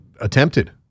attempted